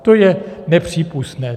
To je nepřípustné.